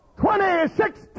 Twenty-six